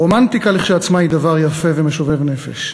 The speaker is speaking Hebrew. רומנטיקה כשלעצמה היא דבר יפה ומשובב נפש,